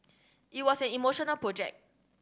it was an emotional project